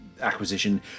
acquisition